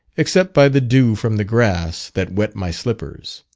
except by the dew from the grass that wet my slippers.